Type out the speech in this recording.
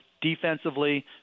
Defensively